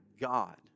God